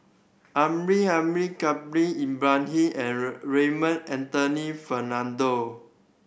Amrin Amin Khalil Ibrahim and Raymond Anthony Fernando